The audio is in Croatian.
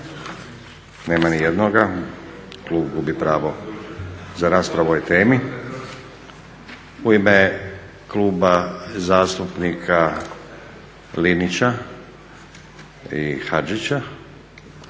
Nema nijednoga, klub gubi pravo za raspravu o ovoj temi. U ime Kluba zastupnika Linića i Hodžića